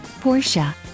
Portia